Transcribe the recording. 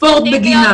ספורט בגינה.